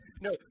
no